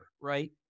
Right